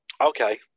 okay